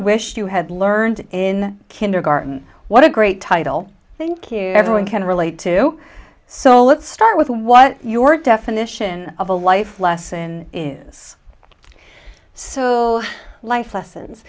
wish you had learned in kindergarten what a great title thank you everyone can relate to so let's start with what your definition of a life lesson is so life lessons